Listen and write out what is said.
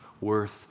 worth